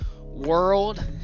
World